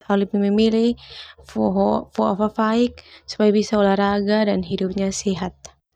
Lebih memilih foa fafaik supaya bisa olahraga dan hidupnya sehat.